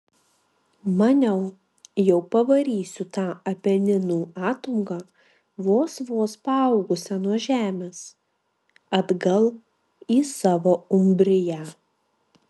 maniau jau pavarysiu tą apeninų ataugą vos vos paaugusią nuo žemės atgal į savo umbriją